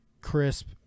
crisp